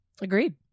Agreed